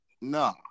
No